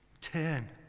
Turn